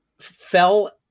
fell